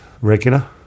Regular